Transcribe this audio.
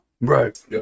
Right